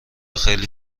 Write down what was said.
خیلی